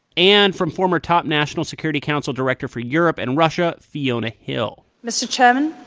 and from former top national security council director for europe and russia, fiona hill mr. chairman,